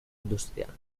industrial